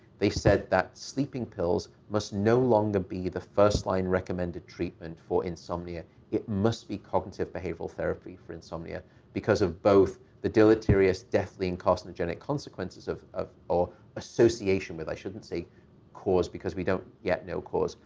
they said that sleeping pills must no longer be the first line recommended treatment for insomnia. it must be cognitive behavioral therapy for insomnia because of both the deleterious, deathly, and carcinogenic consequences of. or association with. i shouldn't say cause because we don't yet know cause.